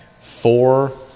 four